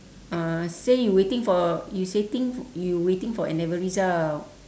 uh say you waiting for you setting you waiting for N-level result